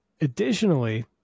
Additionally